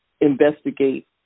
investigate